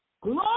Glory